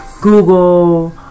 Google